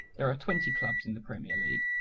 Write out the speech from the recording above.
there are twenty clubs in the premier league.